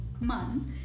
months